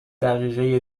دقیقه